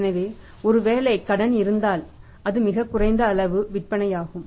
எனவே ஒருவேளை கடன் இருந்தால் அது மிகக் குறைந்த அளவு விற்பனையாகும்